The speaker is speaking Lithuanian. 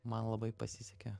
man labai pasisekė